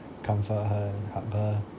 comfort her and hug her